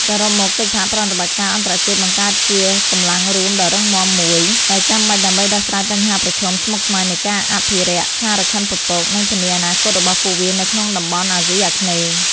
សរុបមក កិច្ចសហប្រតិបត្តិការអន្តរជាតិបង្កើតបានជាកម្លាំងរួមដ៏រឹងមាំមួយ ដែលចាំបាច់ដើម្បីដោះស្រាយបញ្ហាប្រឈមស្មុគស្មាញនៃការអភិរក្សខ្លារខិនពពក និងធានាអនាគតរបស់ពួកវានៅក្នុងតំបន់អាស៊ីអាគ្នេយ៍។